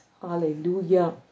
Hallelujah